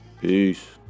peace